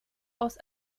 aus